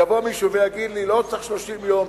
יבוא מישהו ויגיד לי: לא צריך 30 יום,